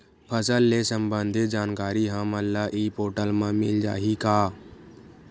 फसल ले सम्बंधित जानकारी हमन ल ई पोर्टल म मिल जाही का?